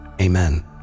Amen